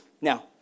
now